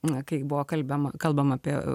na kaip buvo kalbema kalbama apie